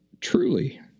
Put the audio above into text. truly